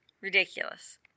Ridiculous